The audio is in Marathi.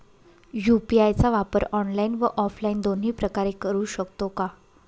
यू.पी.आय चा वापर ऑनलाईन व ऑफलाईन दोन्ही प्रकारे करु शकतो का?